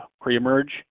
pre-emerge